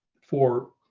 for